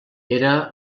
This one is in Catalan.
era